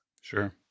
sure